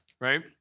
right